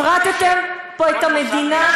הפרטתם פה את המדינה.